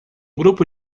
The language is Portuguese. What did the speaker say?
grupo